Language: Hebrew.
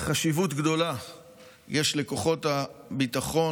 גדולה החשיבות של כוחות הביטחון,